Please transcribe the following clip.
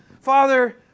Father